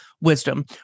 wisdom